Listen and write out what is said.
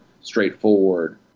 straightforward